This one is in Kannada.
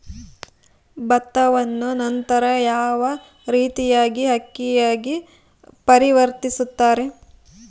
ಭತ್ತವನ್ನ ನಂತರ ಯಾವ ರೇತಿಯಾಗಿ ಅಕ್ಕಿಯಾಗಿ ಪರಿವರ್ತಿಸುತ್ತಾರೆ?